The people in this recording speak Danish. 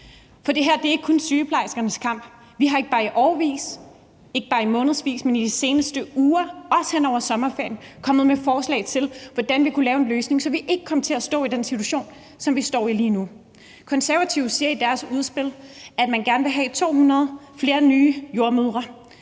Det her er ikke kun sygeplejerskernes kamp. Vi er ikke bare i årevis, ikke bare i månedsvis, men i de seneste uger også hen over sommerferien kommet med forslag til, hvordan vi kunne lave en løsning, så vi ikke kom til at stå i den situation, som vi står i lige nu. Konservative siger i deres udspil, at de gerne vil have 200 flere nye jordemødre.